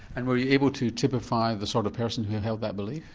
and were you able to typify the sort of person who held that belief?